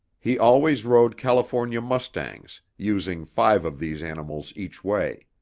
he always rode california mustangs, using five of these animals each way.